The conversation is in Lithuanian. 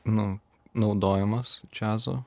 nu naudojimas džiazo